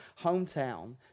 hometown